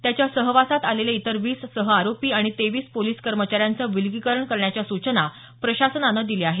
त्याच्या सहवासात आलेले इतर वीस सहआरोपी आणि तेवीस पोलिस कर्मचाऱ्यांचं अलगीकरण करण्याच्या सूचना प्रशासनानं दिल्या आहेत